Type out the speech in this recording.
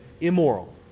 immoral